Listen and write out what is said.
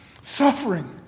suffering